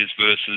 versus